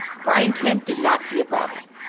brian kemp did not see a problem.